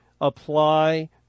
apply